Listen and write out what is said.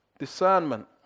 Discernment